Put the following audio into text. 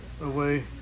away